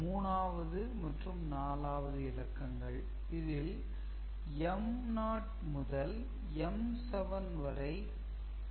3 ஆவது மற்றும் 4 ஆவது இலக்கங்கள் இதில் m0 முதல் m7 வரை விடை கிடைக்கும்